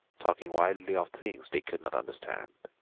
talking wildly of things they could not understand.